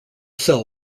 cell